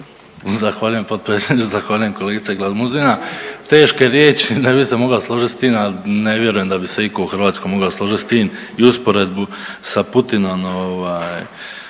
Zahvaljujem potpredsjedniče. Zahvaljujem kolegice Glamuzina. Teške riječi ne bi se mogao složiti s tim, ali ne vjerujem da bi se itko u Hrvatskoj mogao složiti s tim i usporedbu sa Putinom